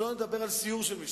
שלא נדבר על סיור של משטרה.